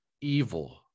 evil